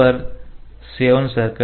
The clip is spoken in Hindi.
ठीक है प्लेन पर 7 सर्कल है